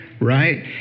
right